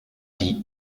die